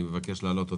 אני מבקש להעלות אותם.